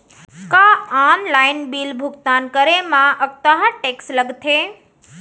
का online bill भुगतान करे मा अक्तहा टेक्स लगथे?